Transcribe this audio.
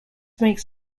makes